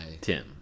Tim